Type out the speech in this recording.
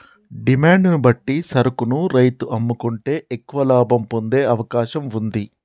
demand ను బట్టి సరుకును రైతు అమ్ముకుంటే ఎక్కువ లాభం పొందే అవకాశం వుంది